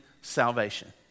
salvation